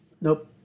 Nope